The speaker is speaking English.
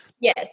yes